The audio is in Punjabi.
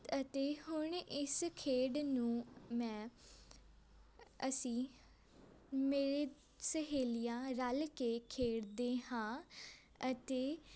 ਅਤੇ ਹੁਣ ਇਸ ਖੇਡ ਨੂੰ ਮੈਂ ਅਸੀਂ ਮੇਰੇ ਸਹੇਲੀਆਂ ਰਲ ਕੇ ਖੇਡਦੇ ਹਾਂ ਅਤੇ